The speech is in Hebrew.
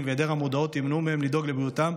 והיעדר המודעות ימנעו מהם לדאוג לבריאותם,